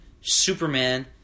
Superman